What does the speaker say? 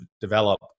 develop